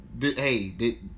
hey